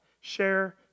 Share